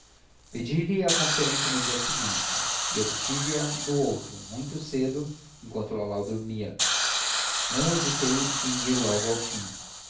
contá-lo pedi-lhe a conferência no dia seguinte e obtive a no outro muito cedo enquanto lalau dormia não hesitei em ir logo ao fim